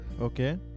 Okay